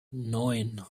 neun